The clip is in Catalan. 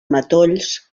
matolls